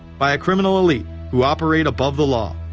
by a criminal elite who operate above the law.